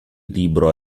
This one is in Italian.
libro